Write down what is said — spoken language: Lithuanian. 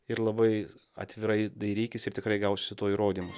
ir labai atvirai dairykis ir tikrai gausi to įrodymus